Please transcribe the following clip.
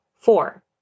Four